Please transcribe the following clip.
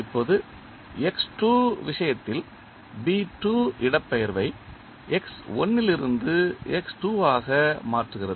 இப்போது விஷயத்தில் இடப்பெயர்வை இலிருந்து ஆக மாற்றுகிறது